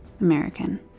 American